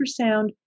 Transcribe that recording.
ultrasound